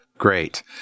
Great